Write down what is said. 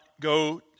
go